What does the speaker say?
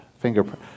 fingerprint